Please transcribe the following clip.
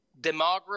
demography